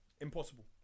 Impossible